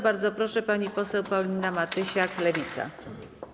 Bardzo proszę, pani poseł Paulina Matysiak, Lewica.